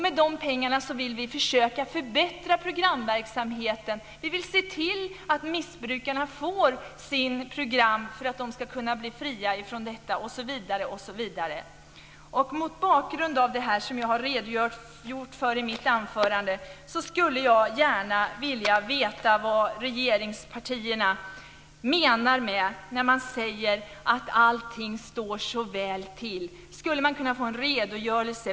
Med dessa pengar vill vi försöka förbättra programverksamheten. Vi vill se till att missbrukarna får genomgå sina program för att de ska kunna bli fria från sitt missbruk osv. Mot bakgrund av det som jag har redogjort för i mitt anförande skulle jag gärna vilja veta vad regeringspartierna menar när de säger att allt står så väl till. Skulle man kunna få en redogörelse?